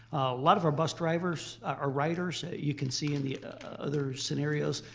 lot of our bus riders ah riders you can see in the other scenarios,